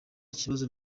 kibazo